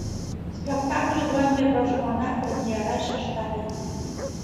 spektaklio duonkepio žmona premjera šeštadienį